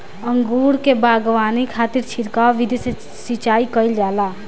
अंगूर के बगावानी खातिर छिड़काव विधि से सिंचाई कईल जाला